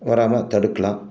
வராமல் தடுக்கலாம்